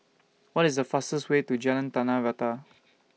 What IS The fastest Way to Jalan Tanah Rata